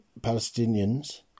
Palestinians